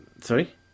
Sorry